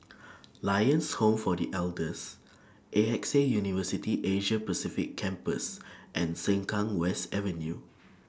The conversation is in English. Lions Home For The Elders A X A University Asia Pacific Campus and Sengkang West Avenue